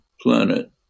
planet